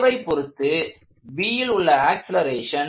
Aவை பொருத்து Bல் உள்ள ஆக்ஸலரேஷன்